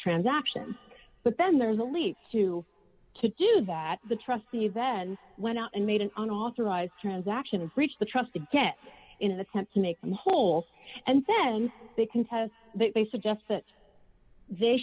transaction but then there is a leap to to do that the trustee then went out and made an authorised transaction to breach the trust again in an attempt to make them whole and then they contest they suggest that they